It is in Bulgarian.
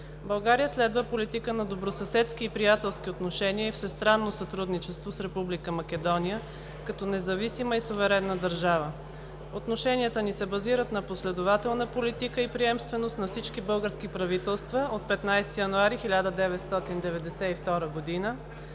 България следва политика на добросъседски и приятелски отношения и всестранно сътрудничество с Република Македония като независима и суверенна държава. Отношенията ни се базират на последователната политика и приемственост на всички български правителства от 15 януари 1992 г.,